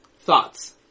thoughts